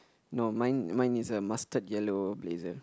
no mine mine is a mustard yellow blazer